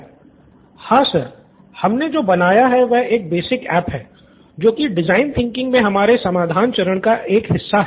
student 1 हां sir हमने जो बनाया है वह एक बेसिक ऐप है जो डिज़ाइन थिंकिंग मे हमारे समाधान चरण का एक हिस्सा है